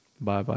bye-bye